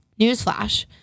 Newsflash